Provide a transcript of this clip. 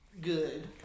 good